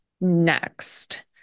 next